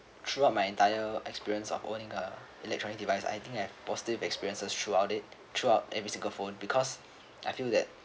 throughout my entire experience of owning a electronic device I think I have positive experiences throughout it throughout every single phone because I feel that